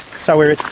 so we're at